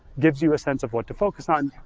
gives you a sense of what to focus on,